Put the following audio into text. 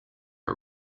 are